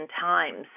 times